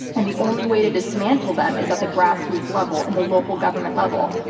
and the only way to dismantle them is at the grassroots level and the local government level.